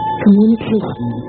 communication